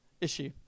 issue